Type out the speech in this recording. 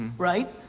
right?